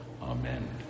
Amen